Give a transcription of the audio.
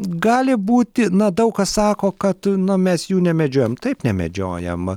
gali būti na daug kas sako kad na mes jų nemedžiojam taip nemedžiojam